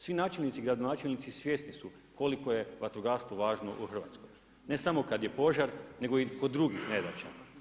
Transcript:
Svi načelnici i gradonačelnici svjesni su koliko je vatrogastvo važno u Hrvatskoj, ne samo kad je požar, nego i kod drugih nedaća.